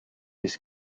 his